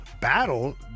battle